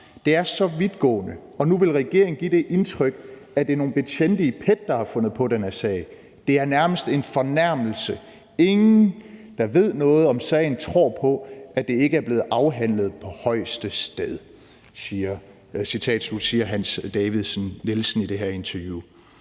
Det er så vidtgående. Nu vil de give det indtryk, at det er nogle kriminalbetjente i PET, der har fundet på det her. Det er næsten en fornærmelse. Ingen, der ved noget om det, tror på, at det ikke er blevet afhandlet på højeste sted.« Det siger Hans Davidsen-Nielsen i det her interview.